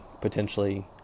potentially